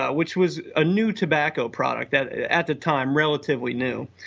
ah which was a new tobacco product that at the time relatively new.